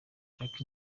jack